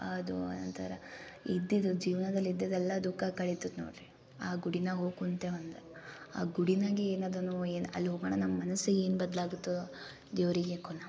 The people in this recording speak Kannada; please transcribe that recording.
ಅದು ಒಂಥರ ಇದ್ದಿದು ಜೀವನದಲ್ಲಿ ಇದ್ದಿದ್ದು ಎಲ್ಲ ದುಃಖ ಕಳಿತದೆ ನೋಡ್ರಿ ಆ ಗುಡಿನಾಗೆ ಹೋಗಿ ಕುಂತೇವು ಅಂದೆ ಆ ಗುಡಿನಾಗೆ ಏನಾದನೊ ಏನು ಅಲ್ಲಿ ಹೋಗೋಣ ನಮ್ಮ ಮನಸ್ಸೆ ಏನು ಬದಲಾಗುತ್ತೋ ದೇವ್ರಿಗೆ ಕೋನಮ್